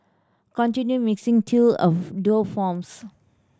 continue mixing till a dough forms